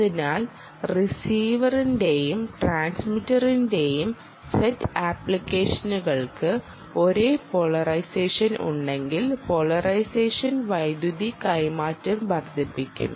അതിനാൽ റിസീവറിന്റെയും ട്രാൻസ്മിറ്ററിന്റെയും സെറ്റ് ആപ്ലിക്കേഷനുകൾക്ക് ഒരേ പോളറൈസേഷൻ ഉണ്ടെങ്കിൽ പോളറൈസേഷൻ വൈദ്യുതി കൈമാറ്റം വർദ്ധിപ്പിക്കും